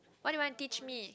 what did you want to teach me